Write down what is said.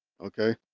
Okay